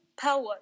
power